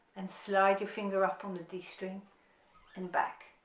and slide your finger up on the d string and back,